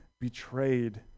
betrayed